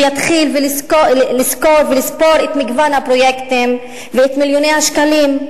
שיתחיל לסקור ולספור את מגוון הפרויקטים ואת מיליוני השקלים,